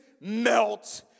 melt